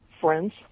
friends